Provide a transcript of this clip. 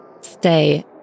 stay